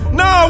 no